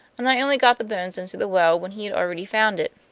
and i only got the bones into the well when he had already found it.